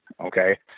okay